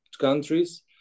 countries